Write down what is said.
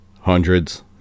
hundreds